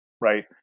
right